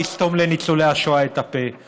לסתום לניצולי השואה את הפה.